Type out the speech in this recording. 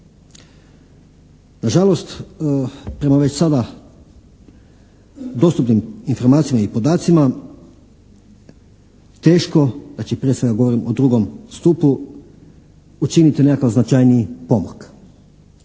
Nažalost, prema već sada dostupnim informacijama i podacima teško da će, prvenstveno ja govorim o drugom stupu, učiniti nekakav značajniji pomak.